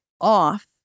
off